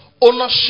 ownership